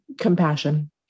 Compassion